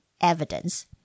evidence